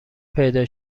پیدا